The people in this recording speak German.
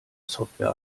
software